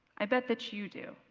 i bet that you do,